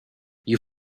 you